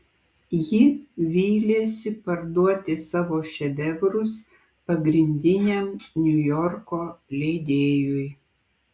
ji vylėsi parduoti savo šedevrus pagrindiniam niujorko leidėjui